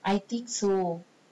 I think so